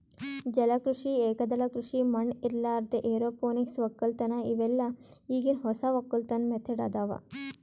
ಜಲ ಕೃಷಿ, ಏಕದಳ ಕೃಷಿ ಮಣ್ಣ ಇರಲಾರ್ದೆ ಎರೋಪೋನಿಕ್ ವಕ್ಕಲತನ್ ಇವೆಲ್ಲ ಈಗಿನ್ ಹೊಸ ವಕ್ಕಲತನ್ ಮೆಥಡ್ ಅದಾವ್